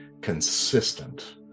consistent